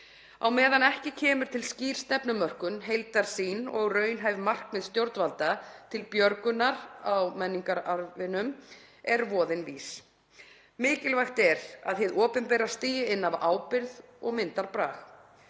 Á meðan ekki kemur til skýr stefnumörkun, heildarsýn og raunhæf markmið stjórnvalda til björgunar á menningararfinum er voðinn vís. Mikilvægt er að hið opinbera stígi inn af ábyrgð og myndarbrag.